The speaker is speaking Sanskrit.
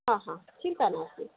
हा हा चिन्तानास्ति